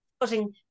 putting